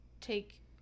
take